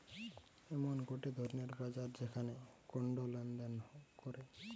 এমন গটে ধরণের বাজার যেখানে কন্ড লেনদেন করে